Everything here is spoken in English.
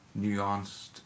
nuanced